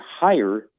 higher